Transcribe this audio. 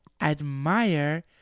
admire